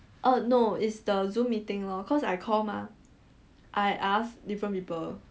uh no it's the zoom meeting lor cause I call mah I asked different people